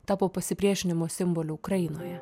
tapo pasipriešinimo simboliu ukrainoje